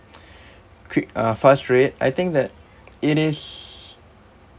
quick uh fast rate I think that it is